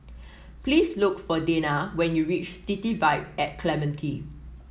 please look for Dena when you reach City Vibe at Clementi